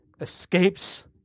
escapes